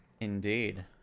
Indeed